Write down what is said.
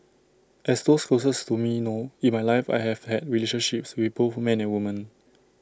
as those closest to me know in my life I have had relationships with both men and women